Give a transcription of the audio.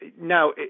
now